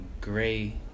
gray